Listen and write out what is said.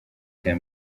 cya